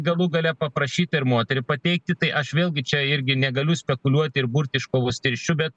galų gale paprašyta ir moterį pateiktu tai aš vėlgi čia irgi negaliu spekuliuoti ir burti iš kavos tirščių bet